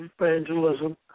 evangelism